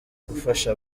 gufasha